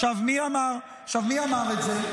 --- עכשיו, מי אמר את זה?